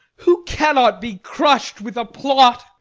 who cannot be crush'd with a plot?